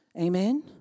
Amen